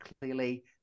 clearly